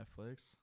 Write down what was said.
Netflix